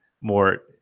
more